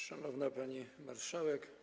Szanowna Pani Marszałek!